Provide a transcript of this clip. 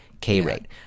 k-rate